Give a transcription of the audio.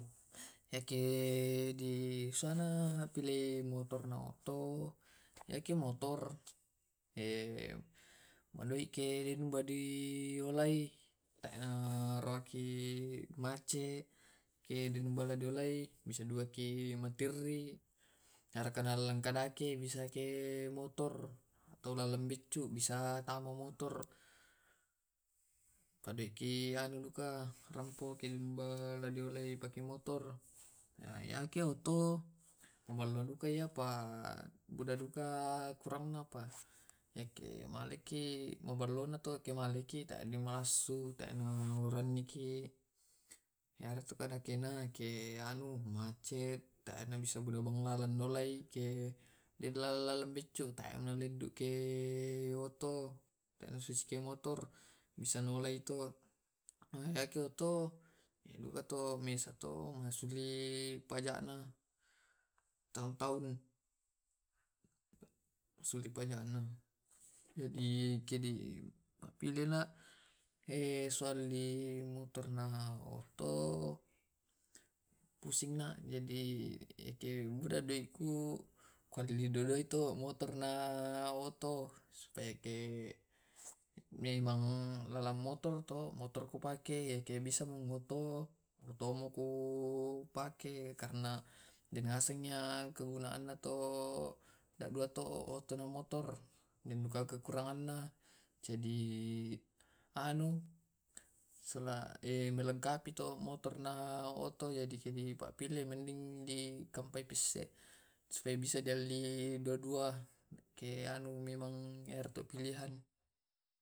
Ya tu motor supaya maballu ki tu supaya marasaki dipake dibawa cendramata. Karena marasa nulle dipake ingan ingan macei biasa. Bisaki menerobos menerobos misalkan macet bedaki oto iya tapi ke motor iya apa siduarangi masemboroki baru buka. Marasa ki duka dipake sibawa sola solata. Maleki digandeng gandeng silong cewekta aragaka marasai di pake pasa lao mabelanja. Ditaro di depan. Naiyatte oto e maballo tugas ka nasiala dia kiallo. Nenniate oto kiardo tomeni kema kebacai masusaki la komacei karena loppo maro. Mane masuliki aragannalima ratu juta biasana dibandingi simotor. Jadi haruski dilimpu harga nai malli oto.